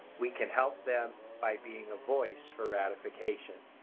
we can help them by being a voice for ratification.